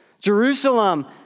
Jerusalem